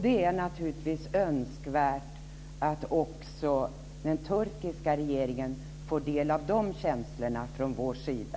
Det är naturligtvis önskvärt att också den turkiska regeringen får del av de känslorna från vår sida.